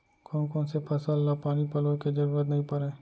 कोन कोन से फसल ला पानी पलोय के जरूरत नई परय?